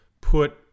put